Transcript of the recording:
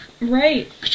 Right